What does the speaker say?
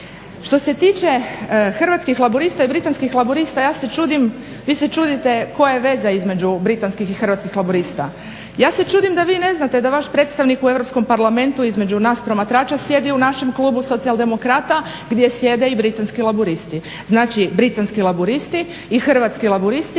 Što se tiče Hrvatskih laburist i Britanskih laburista ja se čudim, vi se čudite koja veze između Britanski i Hrvatskih laburista. Ja se čudim da vi ne znate da vaš predstavnik u Europskom parlamentu između nas promatrača sjedi u našem klubu socijaldemokrata gdje sjede i Britanski laburisti. Znači Britanski laburisti i Hrvatski laburisti